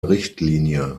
richtlinie